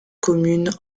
communes